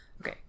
okay